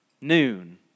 noon